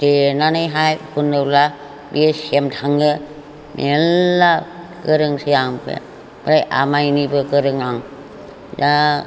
देनानैहाय फुनोब्ला बे सेमखाङो मेरला गोरोंसै आं बे ओमफ्राय आमाइनिबो गोरों आं बिराद